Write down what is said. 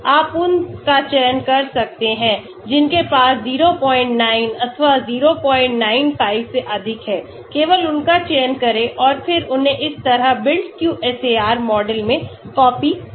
आप उन का चयन कर सकते हैं जिनके पास 09 अथवा 095 से अधिक हैं केवल उनका चयन करें और फिर उन्हें इस तरह BuildQSAR मॉडल में कॉपी करें